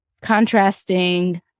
contrasting